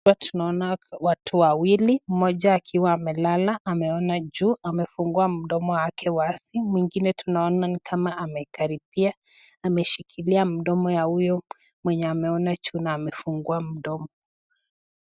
Hapa tunaona watu wawili, mmoja akiwa amelala ameona juu, amefungua mdomo wake wazi. Mwingine tunaona ni kama amekaribia, ameshikilia mdomo ya huyu mwenye ameona juu na amefungua mdomo.